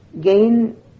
gain